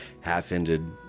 half-ended